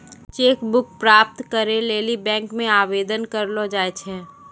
cheque book प्राप्त करै लेली बैंक मे आवेदन करलो जाय छै